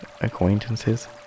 acquaintances